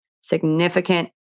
significant